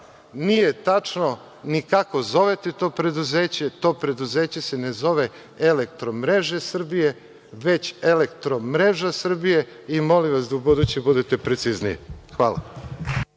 nije tačno ni kako zovete to preduzeće, to preduzeće se ne zove „Elektromreže Srbije“, već „Elektromreža Srbije“ i molim vas da u buduće budete precizniji. Hvala.